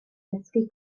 ddysgu